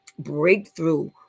breakthrough